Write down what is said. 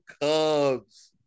Cubs